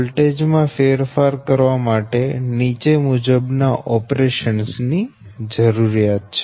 voltage માં ફેરફાર કરવા માટે નીચે મુજબ ના ઓપરેશન્સ ની જરૂરિયાત છે